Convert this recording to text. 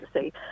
see